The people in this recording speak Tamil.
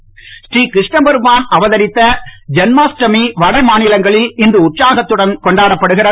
ஜென்மாஸ்டமி ஸ்ரீ இருஷ்ணபெருமான் அவதரத்த ஜன்மாஸ்டமி வடமாநிலங்களில் இன்று உற்சாகத்துடன் கொண்டாடப்படுகிறது